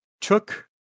took